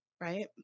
right